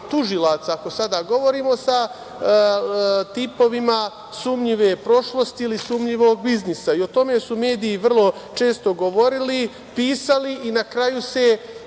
tužilaca. Ako sada govorimo sa tipovima sumnjive prošlosti ili sumnjivog biznisa, i o tome su mediji vrlo često govorili, pisali i na kraju se